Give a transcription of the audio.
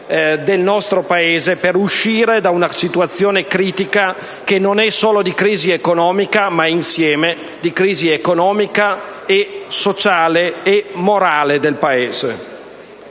del nostro Paese, per uscire da una situazione critica che non è soltanto di crisi economica, ma di crisi sociale e morale del Paese.